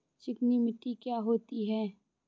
चिकनी मिट्टी क्या होती है?